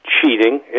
cheating